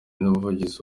n’umuvugizi